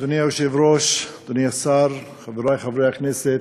היושב-ראש, אדוני השר, חברי חברי הכנסת,